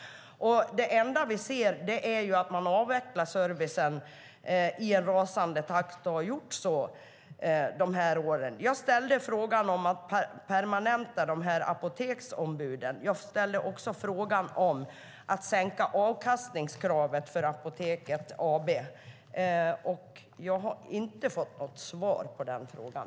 Det enda vi ser är att man avvecklar servicen i en rasande takt och har gjort det under de här åren. Jag ställde frågan om att permanenta apoteksombuden och även om att sänka avkastningskravet för Apoteket AB. Jag har inte fått något svar på frågan.